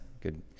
good